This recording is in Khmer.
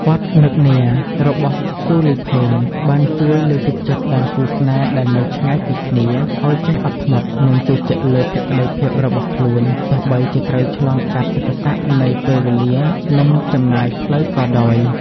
បទ "នឹកនា" របស់ស៊ូលី ផេង បានជួយលើកទឹកចិត្តដល់គូស្នេហ៍ដែលនៅឆ្ងាយពីគ្នា ឱ្យចេះអត់ធ្មត់ និងជឿជាក់លើភក្តីភាពរបស់ខ្លួន ទោះបីជាត្រូវឆ្លងកាត់ឧបសគ្គនៃពេលវេលា និងចម្ងាយផ្លូវក៏ដោយ។